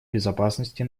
безопасности